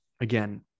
again